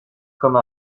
comme